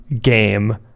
game